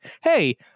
Hey